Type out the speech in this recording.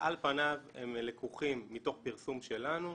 אבל על פניו הם לקוחים מתוך פרסום שלנו.